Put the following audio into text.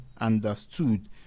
understood